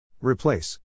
Replace